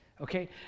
okay